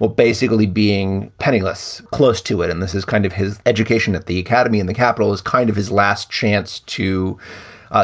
well, basically being penniless, close to it. and this is kind of his education at the academy in the capital is kind of his last chance to